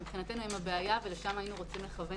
מבחינתנו הן הבעיה ולשם היינו רוצים לכוון